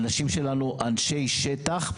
האנשים שלנו אנשי שטח,